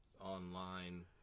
online